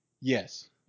Yes